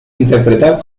interpretar